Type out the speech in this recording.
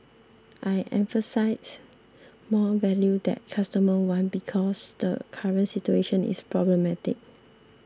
i emphasised more value that customers want' because the current situation is problematic